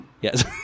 yes